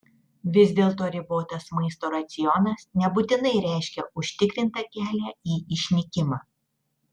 vis dėlto ribotas maisto racionas nebūtinai reiškia užtikrintą kelią į išnykimą